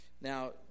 Now